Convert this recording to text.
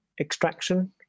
extraction